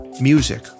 music